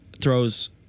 throws